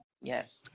Yes